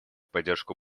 поддержку